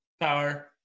power